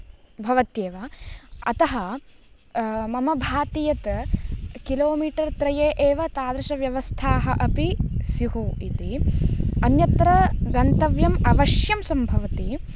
भवत्येव अतः मम भाति यत् किलोमीटर् त्रये एव तादृशव्यवस्थाः स्युः इति अन्यत्र गन्तव्यम् अवश्यं सम्भवति